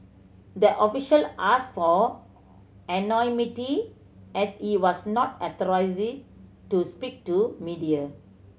the official ask for anonymity as he was not authorized to speak to media